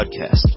podcast